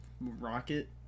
rocket